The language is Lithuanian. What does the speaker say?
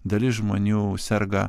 dalis žmonių serga